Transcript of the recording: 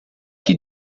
que